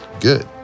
good